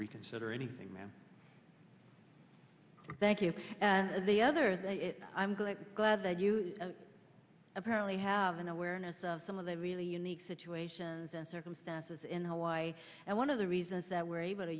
reconsider anything ma'am thank you and the other that i'm glad glad that you apparently have an awareness of some of the really unique situations and circumstances in hawaii and one of the reasons that we're able to